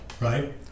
right